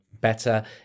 better